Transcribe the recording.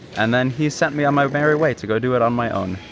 and then he sent me on my merry way to go do it on my own.